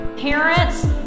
Parents